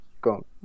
Go